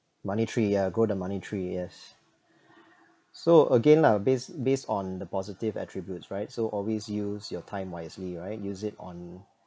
MoneyTree ya go the MoneyTree yes so again lah based based on the positive attributes right so always use your time wisely right use it on